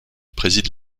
préside